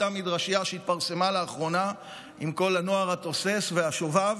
אותה מדרשייה שהתפרסמה לאחרונה עם כל הנוער התוסס והשובב